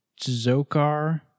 Zokar